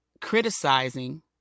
criticizing